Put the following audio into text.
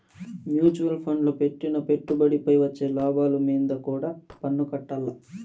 mutual ఫండ్ల పెట్టిన పెట్టుబడిపై వచ్చే లాభాలు మీంద కూడా పన్నుకట్టాల్ల